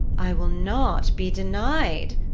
i will not be denied.